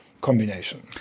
combination